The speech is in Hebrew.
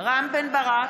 רם בן ברק,